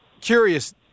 Curious